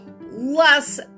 less